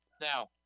now